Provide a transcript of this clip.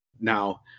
now